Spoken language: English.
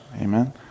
Amen